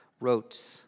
wrote